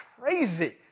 crazy